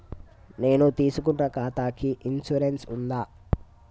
నేను తీసుకున్న ఖాతాకి ఇన్సూరెన్స్ ఉందా?